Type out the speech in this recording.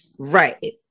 Right